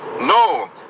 No